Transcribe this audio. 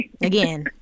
Again